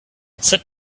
sit